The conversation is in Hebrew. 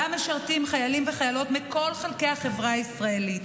שבה משרתים חיילים וחיילות מכל חלקי החברה הישראלית,